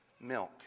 milk